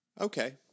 Okay